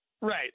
Right